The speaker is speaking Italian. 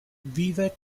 vive